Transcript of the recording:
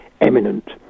eminent